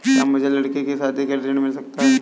क्या मुझे लडकी की शादी के लिए ऋण मिल सकता है?